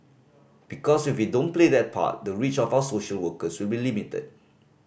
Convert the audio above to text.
because if we don't play that part the reach of our social workers will be limited